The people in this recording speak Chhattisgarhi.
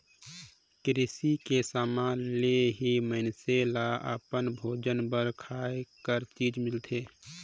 किरसी के समान ले ही मइनसे ल अपन भोजन बर खाए कर चीज मिलथे